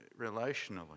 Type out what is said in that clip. relationally